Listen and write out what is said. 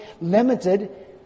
limited